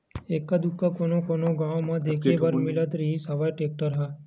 एक्का दूक्का कोनो कोनो गाँव म देखे बर मिलत रिहिस हवय टेक्टर ह